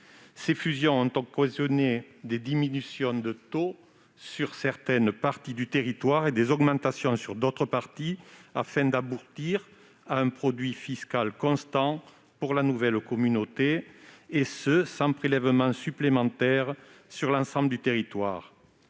Ces fusions ont causé des diminutions de taux sur certaines parties du territoire de l'établissement et des augmentations sur d'autres, décidées afin d'aboutir à un produit fiscal constant pour la nouvelle communauté, et cela sans prélèvement supplémentaire sur l'ensemble du territoire.